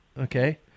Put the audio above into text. Okay